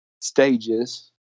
stages